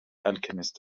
alchemist